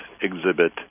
exhibit